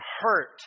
hurt